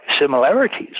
similarities